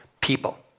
people